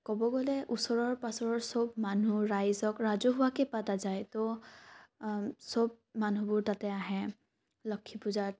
ক'ব গ'লে ওচৰৰ পাজৰৰ চব মানুহ ৰাইজক ৰাজহোৱাকৈ পতা যায় ত' চব মানুহবোৰ তাতে আহে লক্ষী পূজাত